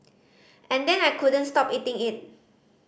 and then I couldn't stop eating it